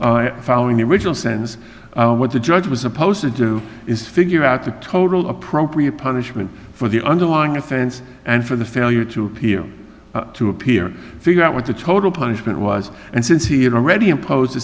following the original sentence what the judge was supposed to do is figure out the total appropriate punishment for the underlying offense and for the failure to appear to appear figure out what the total punishment was and since he had already imposed a